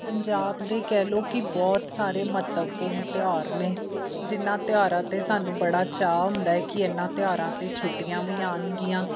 ਪੰਜਾਬ ਦੇ ਕਹਿ ਲਓ ਕਿ ਬਹੁਤ ਸਾਰੇ ਮਹੱਤਵਪੂਰਨ ਤਿਉਹਾਰ ਨੇ ਜਿਨ੍ਹਾਂ ਤਿਉਹਾਰਾਂ 'ਤੇ ਸਾਨੂੰ ਬੜਾ ਚਾਅ ਹੁੰਦਾ ਹੈ ਕਿ ਇਨ੍ਹਾਂ ਤਿਉਹਾਰਾਂ 'ਤੇ ਛੁੱਟੀਆਂ ਵੀ ਆਉਣਗੀਆਂ